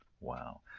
Wow